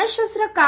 मानसशास्त्र का